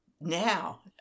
now